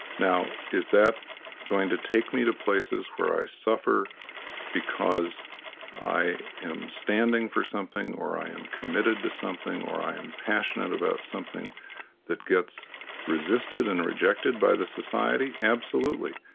now, is that going to take me to places where i suffer because i am standing for something or i am committed to something or i am passionate about something that gets resisted and rejected by the society? absolutely.